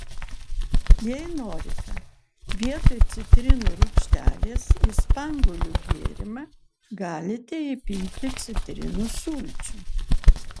jei norite vietoj citrinų rūgštelės į spanguolių gėrimą galite įpilti citrinų sulčių